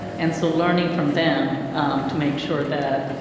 and so learning from them to make sure that